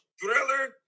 Thriller